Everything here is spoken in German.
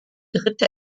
dritte